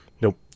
Nope